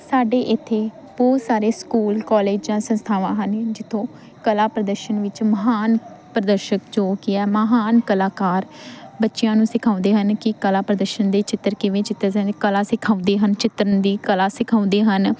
ਸਾਡੇ ਇੱਥੇ ਬਹੁਤ ਸਾਰੇ ਸਕੂਲ ਕਾਲਜ ਜਾਂ ਸੰਸਥਾਵਾਂ ਹਨ ਜਿੱਥੋਂ ਕਲਾ ਪ੍ਰਦਰਸ਼ਨ ਵਿੱਚ ਮਹਾਨ ਪ੍ਰਦਰਸ਼ਕ ਜੋ ਕਿ ਐਹ ਮਹਾਨ ਕਲਾਕਾਰ ਬੱਚਿਆਂ ਨੂੰ ਸਿਖਾਉਂਦੇ ਹਨ ਕਿ ਕਲਾ ਪ੍ਰਦਰਸ਼ਨ ਦੇ ਚਿੱਤਰ ਕਿਵੇਂ ਚਿੱਤਰ ਕਲਾ ਸਿਖਾਉਂਦੇ ਹਨ ਚਿੱਤਰਨ ਦੀ ਕਲਾ ਸਿਖਾਉਂਦੇ ਹਨ